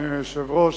אדוני היושב-ראש,